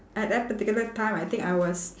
at that particular time I think I was